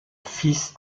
fils